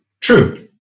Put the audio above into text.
True